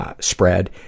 spread